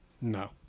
No